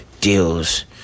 deals